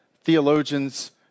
theologians